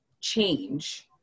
change